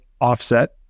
offset